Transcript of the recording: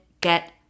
get